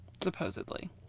Supposedly